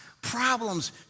Problems